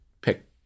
Pick